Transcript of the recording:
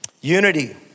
Unity